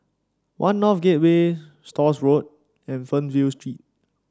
One North Gateway Stores Road and Fernvale Street